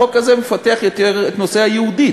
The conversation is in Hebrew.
החוק הזה מפתח יותר את נושא ה"יהודית".